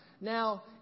Now